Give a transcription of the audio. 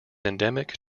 endemic